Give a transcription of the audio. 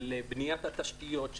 הבנייה של התשתיות,